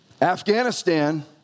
Afghanistan